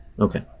Okay